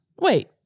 wait